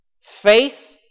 faith